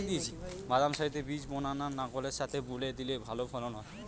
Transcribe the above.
বাদাম সারিতে বীজ বোনা না লাঙ্গলের সাথে বুনে দিলে ভালো ফলন হয়?